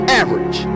average